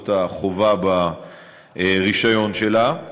למרות החובה ברישיון שלה.